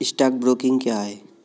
Stock broking क्या है?